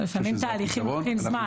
לפעמים תהליכים לוקחים זמן.